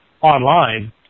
online